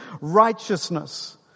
righteousness